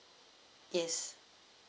yes